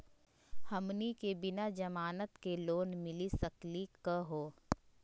हमनी के बिना जमानत के लोन मिली सकली क हो?